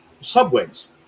subways